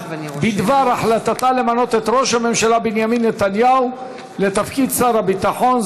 בדבר החלטתה למנות את ראש הממשלה בנימין נתניהו לתפקיד שר הביטחון,